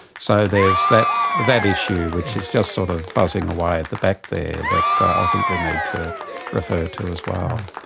so there's that that issue which is just sort of buzzing away at the back there, that i think we need to refer to as well.